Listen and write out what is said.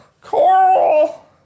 Coral